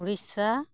Odisha